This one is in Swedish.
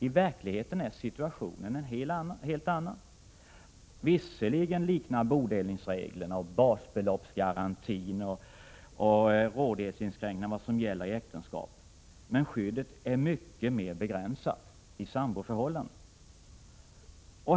I verkligheten är situationen en helt annan. Visserligen liknar bodelningsreglerna, basbeloppsgarantin och rådighetsinskränkningarna vad som gäller i äktenskap, men skyddet är mycket mer begränsat i samboförhållandena.